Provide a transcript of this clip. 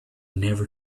never